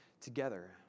together